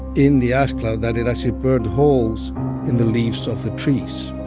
in the ash cloud that it actually burned holes in the leaves of the trees.